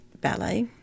ballet